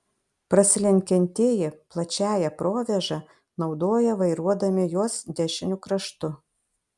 prasilenkiantieji plačiąją provėžą naudoja vairuodami jos dešiniu kraštu